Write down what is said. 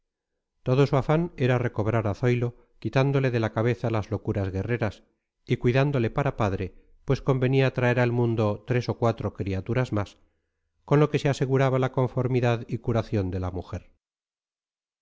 su afán era recobrar a zoilo quitándole de la cabeza las locuras guerreras y cuidándole para padre pues convenía traer al mundo tres o cuatro criaturas más con lo que se aseguraba la conformidad y curación de la mujer